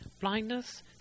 blindness